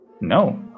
No